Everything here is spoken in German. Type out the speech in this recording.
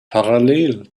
parallel